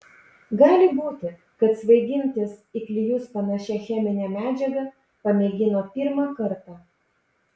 gali būti kad svaigintis į klijus panašia chemine medžiaga pamėgino pirmą kartą